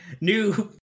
New